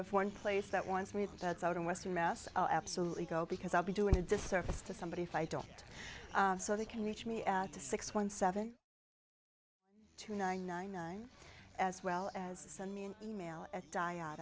if one place that wants me that's out in western mass oh absolutely go because i'll be doing a disservice to somebody if i don't so they can reach me at the six one seven two nine nine nine as well as send me an email at